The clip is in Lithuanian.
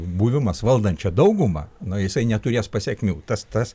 buvimas valdančia dauguma na jisai neturės pasekmių tas tas